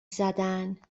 زدن